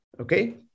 okay